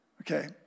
Okay